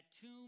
tomb